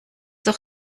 doch